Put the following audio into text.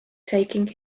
taking